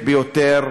שביתה מוצדקת ביותר.